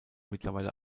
mittlerweile